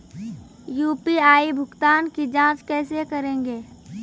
UPI भुगतान की जाँच कैसे करेंगे?